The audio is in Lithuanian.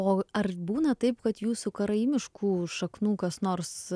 o ar būna taip kad jūsų karaimiškų šaknų kas nors